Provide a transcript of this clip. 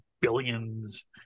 billions